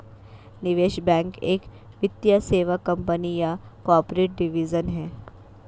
निवेश बैंक एक वित्तीय सेवा कंपनी या कॉर्पोरेट डिवीजन है